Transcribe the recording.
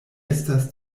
estas